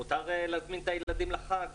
מותר להזמין את הילדים לחג?